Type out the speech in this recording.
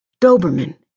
Doberman